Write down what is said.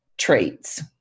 Traits